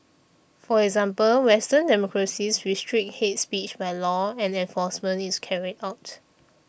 for example western democracies restrict hate speech by law and enforcement is carried out